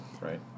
right